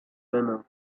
banal